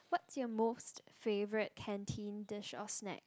what's you most favorite canteen dish or snack